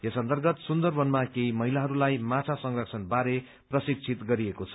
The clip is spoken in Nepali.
यस अन्तर्गत सुन्दरवनमा केही महिलाहरूलाई माछा संरक्षणबारे प्रशिक्षित गरिएको छ